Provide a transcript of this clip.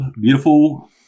beautiful